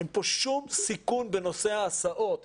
אין פה שום סיכון בנושא ההסעות.